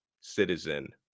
Citizen